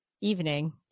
evening